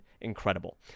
incredible